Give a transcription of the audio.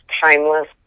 timeless